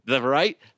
right